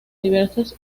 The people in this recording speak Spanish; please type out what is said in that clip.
diversas